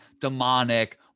demonic